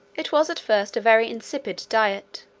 it was at first a very insipid diet,